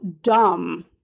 dumb